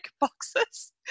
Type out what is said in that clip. boxes